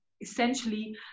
essentially